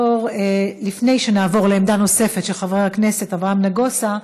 לפני שנעבור לעמדה נוספת של חבר הכנסת אברהם נגוסה,